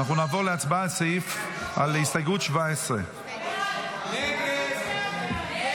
נעבור להצבעה על הסתייגות 17. הסתייגות 17 לא